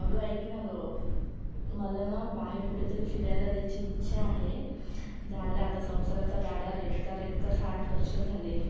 अगं ऐक ना गं मला ना बाहेर कुठेतरी फिरायला जायची इच्छा आहे झालं आता संसाराचा गाडा रेटता रेटता साठ वर्ष झाले